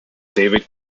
david